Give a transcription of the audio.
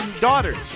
daughters